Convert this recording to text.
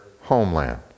homeland